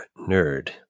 Nerd